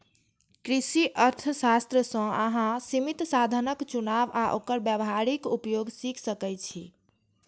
कृषि अर्थशास्त्र सं अहां सीमित साधनक चुनाव आ ओकर व्यावहारिक उपयोग सीख सकै छी